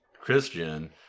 Christian